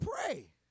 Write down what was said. pray